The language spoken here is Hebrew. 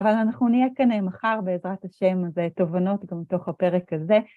אבל אנחנו נהיה כאן מחר בעזרת השם הזה, תובנות גם תוך הפרק הזה.